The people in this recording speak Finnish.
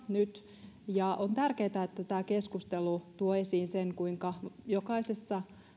nyt puhuta ja on tärkeää että tämä keskustelu tuo esiin sen kuinka jokaisessa